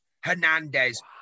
Hernandez